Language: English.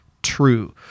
true